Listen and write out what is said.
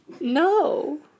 no